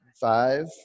Five